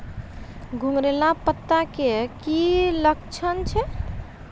घुंगरीला पत्ता के की लक्छण छै?